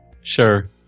Sure